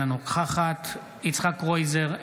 אינה נוכחת יצחק קרויזר,